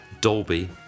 Dolby